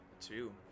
Two